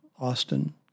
Austin